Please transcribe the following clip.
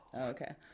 Okay